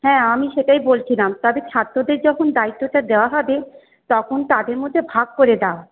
হ্যাঁ আমি সেটাই বলছিলাম তবে ছাত্রদের যখন দায়িত্বটা দেওয়া হবে তখন তাদের মধ্যে ভাগ করে দাও